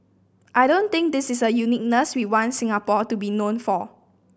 I don't think this is a uniqueness we want Singapore to be known for